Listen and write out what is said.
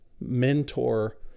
mentor